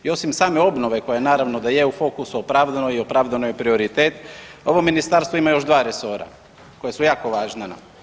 I osim same obnove koja naravno da je u fokusu opravdano i opravdano je prioritet ovo ministarstvo ima još dva resora koja su jako važna nam.